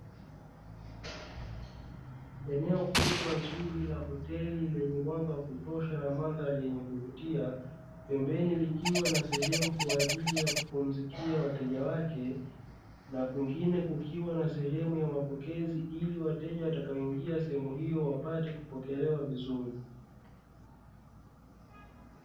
Eneo kubwa zuri la hoteli lenye mwanga wa kutosha na mandhari yenye kuvutia, pembeni likiwa na sehemu ya kupumzikia wateja wake, na kwingine kukiwa na mapokezi ili wateja watakaoingia sehemu hiyo wapate kupokelewa vizuri.